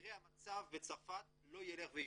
כנראה המצב בצרפת לא ילך וישתפר,